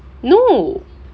no